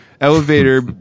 elevator